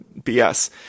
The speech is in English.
BS